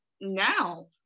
now